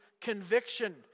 conviction